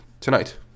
tonight